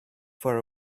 for